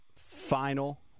final